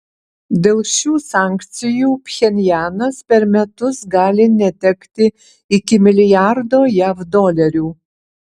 dėl šių sankcijų pchenjanas per metus gali netekti iki milijardo jav dolerių